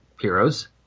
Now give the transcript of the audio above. Heroes